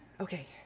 Okay